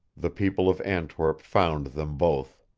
the people of antwerp found them both.